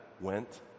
went